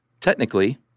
technically